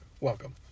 Welcome